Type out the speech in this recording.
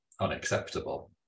unacceptable